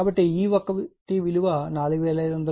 కాబట్టి E1 విలువ 4500 కాబట్టి మనకు 0